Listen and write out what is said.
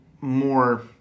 more